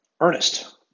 Ernest